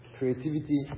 Creativity